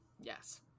yes